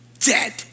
Dead